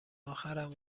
اخرم